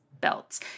belts